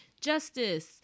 justice